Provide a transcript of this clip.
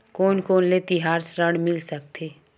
कोन कोन ले तिहार ऋण मिल सकथे?